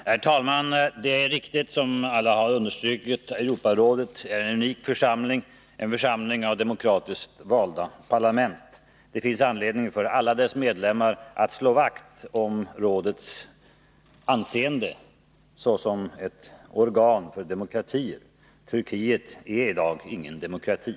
Herr talman! Det är riktigt som alla har understrukit: Europarådet är en unik församling, en församling av demokratiskt valda parlament. Det finns anledning för alla dess medlemmar att slå vakt om rådets anseende såsom ett organ för demokratier. Turkiet är i dag ingen demokrati.